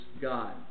God